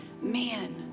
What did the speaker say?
man